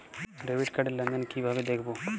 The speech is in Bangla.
ডেবিট কার্ড র লেনদেন কিভাবে দেখবো?